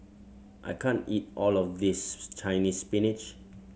I can't eat all of this Chinese Spinach